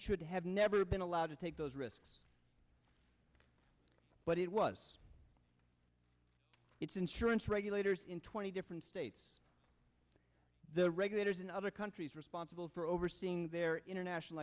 should have never been allowed to take those risks but it was its insurance regulators in twenty different states the regulators in other countries responsible for overseeing their international